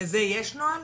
לזה יש נוהל?